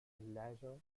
latter